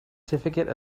certificate